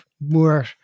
more